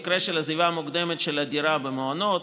במקרה של עזיבה מוקדמת של הדירה במעונות,